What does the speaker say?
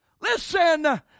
Listen